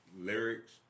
lyrics